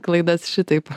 klaidas šitaip